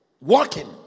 Walking